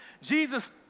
Jesus